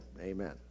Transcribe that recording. Amen